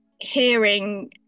hearing